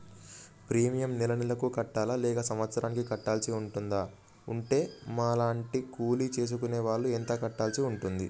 Premium నెల నెలకు కట్టాలా లేక సంవత్సరానికి కట్టాల్సి ఉంటదా? ఉంటే మా లాంటి కూలి చేసుకునే వాళ్లు ఎంత కట్టాల్సి ఉంటది?